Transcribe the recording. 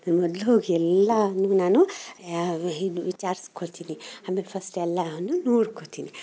ನಾನು ಮೊದ್ಲು ಹೋಗಿ ಎಲ್ಲವನ್ನು ನಾನು ಏನು ವಿಚಾರಿಸ್ಕೋತಿನಿ ಆಮೇಲೆ ಫಸ್ಟ್ ಎಲ್ಲವನ್ನು ನೋಡ್ಕೊತೀನಿ